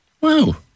Wow